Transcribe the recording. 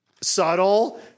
subtle